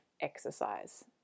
exercise